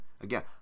again